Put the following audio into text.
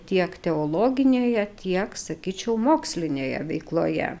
tiek teologinėje tiek sakyčiau mokslinėje veikloje